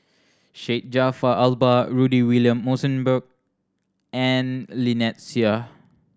Syed Jaafar Albar Rudy William Mosbergen and Lynnette Seah